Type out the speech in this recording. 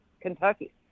Kentucky